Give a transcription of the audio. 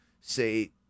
say